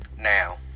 Now